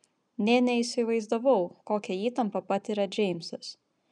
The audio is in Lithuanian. nė neįsivaizdavau kokią įtampą patiria džeimsas